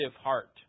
heart